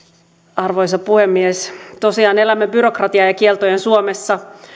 arvoisa puhemies tosiaan elämme byrokratian ja kieltojen suomessa